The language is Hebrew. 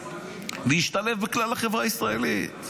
להשתלב בכלל החברה הישראלית.